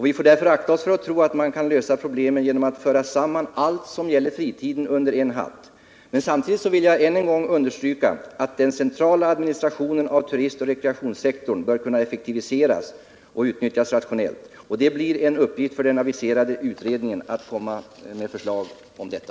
Vi får därför akta oss för att tro att man kan lösa problemen genom att föra samman allt som gäller fritiden under en hatt. Men samtidigt vill jag än en gång understryka att den centrala administrationen av turistoch rekreationssektorn bör kunna effektiviseras och utnyttjas rationellt. Det blir en uppgift för den aviserade utredningen att lägga fram förslag om detta.